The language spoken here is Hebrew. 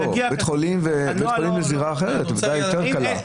בית חולים לזירה אחרת, ודאי יותר קלה.